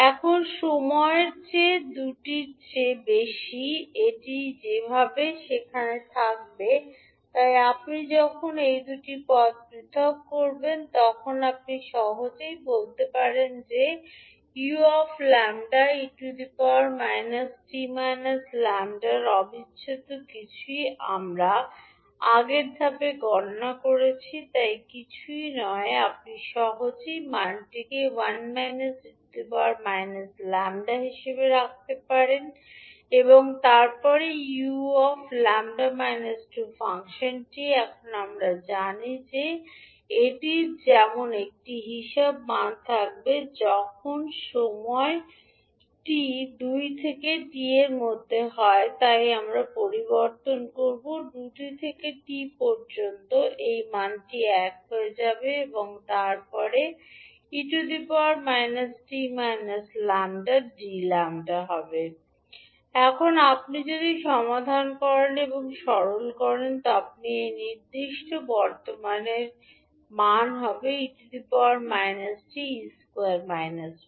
এখন সময়ের চেয়ে দুটিরও বেশি এটি যেভাবে সেখানে থাকবে তাই আপনি যখন এই দুটি পদ পৃথক করেন তখন আপনি সহজেই বলতে পারেন যে 𝑢 𝜆 𝑒−𝑡 − 𝜆 এর অবিচ্ছেদ্য কিছুই আমরা আগের ধাপে গণনা করেছি তাই কিছুই নয় আপনি সহজেই মানটিকে 1 𝑒− 𝑡 হিসাবে রাখতে পারেন এবং তারপরে 𝑢 𝜆 2 ফাংশনটি এখন আমরা জানি যে এটির যেমন একটি হিসাবে মান থাকবে যখন সময় t দুই থেকে টিয়ের মধ্যে হয় তাই আমরা পরিবর্তন করব দুটি থেকে টি পর্যন্ত এই মানটি এক হয়ে যাবে এবং তারপরে 𝑒− 𝑡 − 𝜆 𝑑𝜆 এখন আপনি যদি এটি সমাধান করেন এবং সরল করেন তবে আপনি এই নির্দিষ্ট বর্তমানের মান হবেন 𝑒 − 𝑡 𝑒2 1